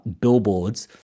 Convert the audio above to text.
billboards